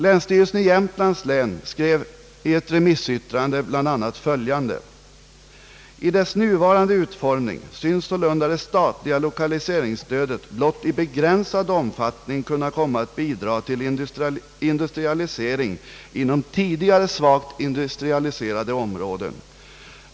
Länsstyrelsen i Jämtlands län skrev i ett remissyttrande bl.a. följande: »I dess nuvarande utformning synes sålunda det statliga 1okaliseringsstödet blott i begränsad omfattning kunna komma att bidraga till industrialisering inom tidigare svagt industrialiserade områden.